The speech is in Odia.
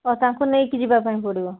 ଆଉ ତାଙ୍କୁ ନେଇକି ଯିବା ପାଇଁ ପଡ଼ିବ